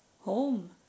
home